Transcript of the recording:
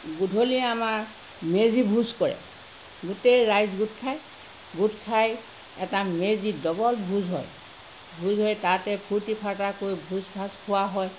গধূলি আমাৰ মেজি ভোজ কৰে গোটেই ৰাইজ গোট খায় গোট খাই এটা মেজি ডবল ভোজ হয় ভোজ হয় তাতে ফূৰ্ত্তি ফাৰ্ত্তা কৰি ভোজ ভাত খোৱা হয়